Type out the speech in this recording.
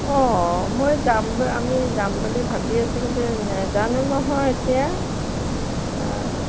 অঁ মই যাম আমি যাম বুলি ভাবি আছো কিন্তু নাজানো নহয় এতিয়া অঁ